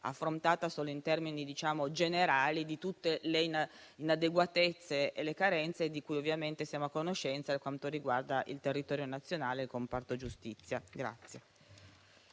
affrontata solo in termini generali di tutte le inadeguatezze e le carenze di cui siamo a conoscenza per quanto riguarda il territorio nazionale e il comparto giustizia.